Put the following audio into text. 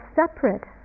separate